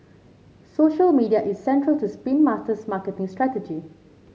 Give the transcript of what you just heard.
social media is central to Spin Master's marketing strategy